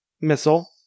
missile